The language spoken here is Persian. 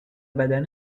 بدن